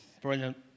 brilliant